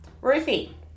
Ruthie